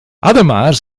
además